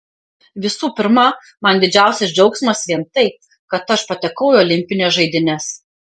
visų pirma man didžiausias džiaugsmas vien tai kad aš patekau į olimpines žaidynes